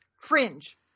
fringe